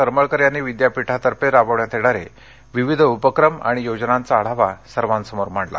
कर्मळकर यांनी विद्यापीठातर्फे राबवण्यात येणारे विविध उपक्रम आणि योजनांचा आढावा सर्वांपुढे मांडला